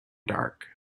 dark